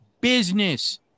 business